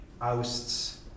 ousts